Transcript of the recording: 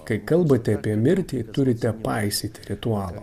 kai kalbate apie mirtį turite paisyti ritualo